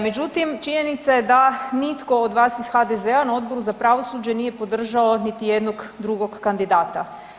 Međutim, činjenica je da nitko od vas iz HDZ-a na Odboru za pravosuđe nije podržao niti jednog drugog kandidata.